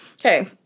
Okay